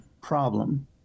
problem